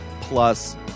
plus